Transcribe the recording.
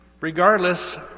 Regardless